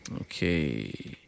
Okay